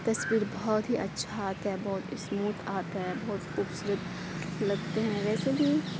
تصویر بہت ہی اچھا آتا ہے بہت اسموتھ آتا ہے بہت خوبصورت لگتے ہیں ویسے بھی